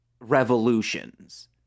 revolutions